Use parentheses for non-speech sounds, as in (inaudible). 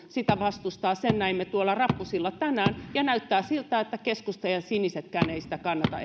sitä vastustaa sen näimme tuolla rappusilla tänään ja näyttää siltä että keskusta ja sinisetkään eivät sitä kannata (unintelligible)